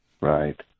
right